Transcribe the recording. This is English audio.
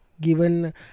given